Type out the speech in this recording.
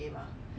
then